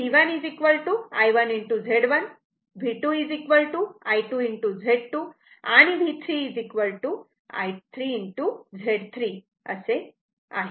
इथे V1 I1 Z1 V2 I 2 Z2 and V3 I Z 3 असे आहे